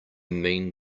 mean